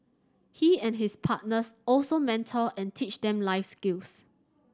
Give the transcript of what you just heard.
he and his partners also mentor and teach them life skills